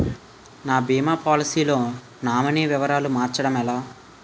నా భీమా పోలసీ లో నామినీ వివరాలు మార్చటం ఎలా?